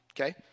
Okay